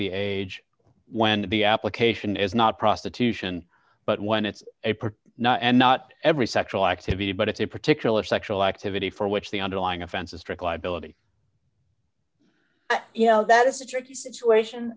the age when the application is not prostitution but when it's a part not and not every sexual activity but it's a particular sexual activity for which the underlying offense of strict liability you know that is a tricky situation